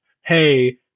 hey